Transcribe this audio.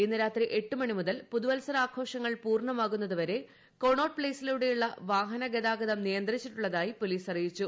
ഇന്ന് രാത്രി എട്ടു മണി മുതൽ പുതുവത്സര ആഘോഷങ്ങൾ പൂർണ്ണമാകുന്നതുവരെ കൊണോട്ട് പ്തേയ്സിലൂടെയുള്ള വാഹന ഗതാഗതം നിയന്ത്രിച്ചിട്ടുള്ളതായി പോലീസ് അറിയിച്ചു